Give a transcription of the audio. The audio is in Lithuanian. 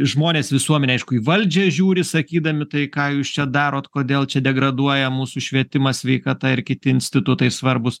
žmonės visuomenė aišku į valdžią žiūri sakydami tai ką jūs čia darot kodėl čia degraduoja mūsų švietimas sveikata ir kiti institutai svarbūs